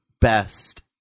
best